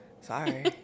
Sorry